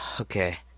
okay